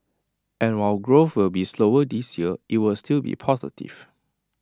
and while growth will be slower this year IT will still be positive